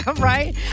Right